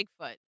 Bigfoot